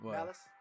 Malice